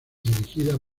dirigida